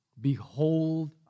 Behold